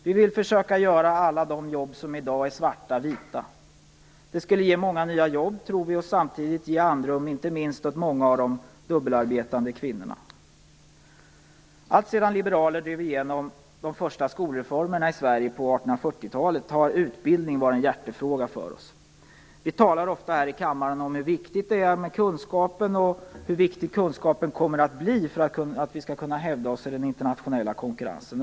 Vi vill försöka att göra alla svarta jobb vita. Det skulle ge många nya jobb och samtidigt ge andrum inte minst åt många av de dubbelarbetande kvinnorna. Alltsedan liberaler drev igenom de första skolreformerna i Sverige på 1840-talet har utbildning varit en hjärtefråga för oss. Vi talar ofta här i kammaren om hur viktigt det är med kunskap och hur viktigt det kommer att bli för att vi skall kunna hävda oss i den internationella konkurrensen.